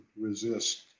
resist